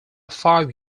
five